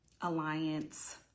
Alliance